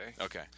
Okay